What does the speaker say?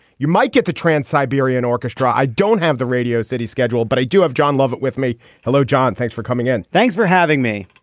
you might get the trans-siberian orchestra. i don't have the radio city schedule but i do have john lovett with me. hello john. thanks for coming in. thanks for having me.